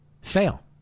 fail